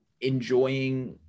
enjoying